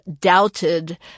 doubted